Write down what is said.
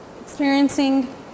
experiencing